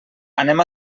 anem